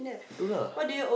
too lah